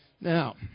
Now